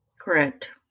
Correct